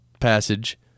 passage